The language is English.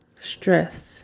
Stress